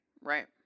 right